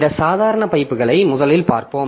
இந்த சாதாரண பைப்புகளை முதலில் பார்ப்போம்